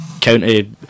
County